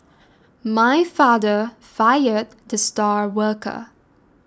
my father fired the star worker